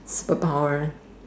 superpower